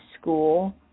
school